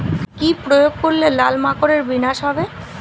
কি প্রয়োগ করলে লাল মাকড়ের বিনাশ হবে?